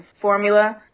formula